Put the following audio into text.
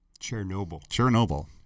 Chernobyl